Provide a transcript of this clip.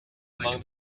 among